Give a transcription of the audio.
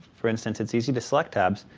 for instance, it's easy to select tabs.